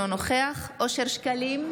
אינו נוכח אושר שקלים,